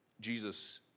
Jesus